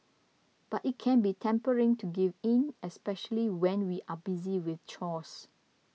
but it can be tempting to give in especially when we are busy with chores